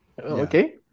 okay